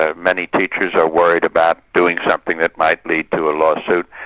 ah many teachers, are worried about doing something that might lead to a lawsuit.